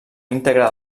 íntegra